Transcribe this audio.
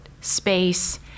space